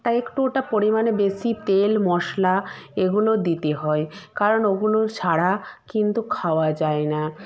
তাই একটু ওটা পরিমাণে বেশি তেল মশলা এগুলো দিতে হয় কারণ ওগুলো ছাড়া কিন্তু খাওয়া যায় না